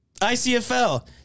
ICFL